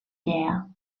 there